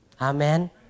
Amen